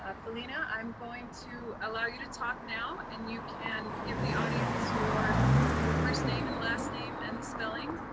ah felina, i'm going to allow you to talk now, and you can give the audience your your first name and last name and the spelling.